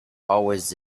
always